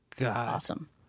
awesome